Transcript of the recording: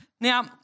Now